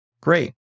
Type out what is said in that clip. Great